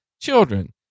children